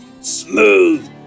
smooth